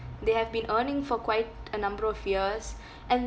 they have been earning for quite a number of years and